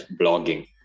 blogging